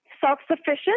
self-sufficient